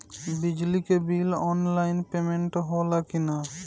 बिजली के bill online payment होला कि ना?